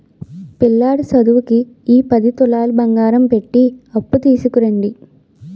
పిల్లాడి సదువుకి ఈ పది తులాలు బంగారం పెట్టి అప్పు తీసుకురండి